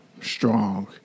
strong